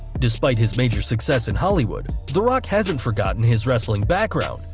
despite his major success in hollywood, the rock hasn't forgotten his wrestling background,